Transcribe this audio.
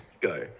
Go